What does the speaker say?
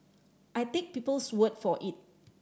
I take people's word for it